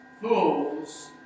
Fools